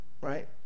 right